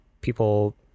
people